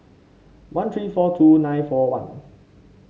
one three four two nine four one